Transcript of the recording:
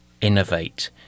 innovate